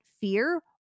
fear